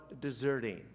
deserting